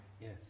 Yes